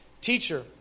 Teacher